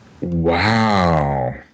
Wow